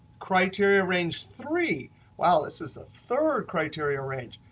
criteria range three wow, this is the third criteria range.